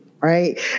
right